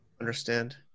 understand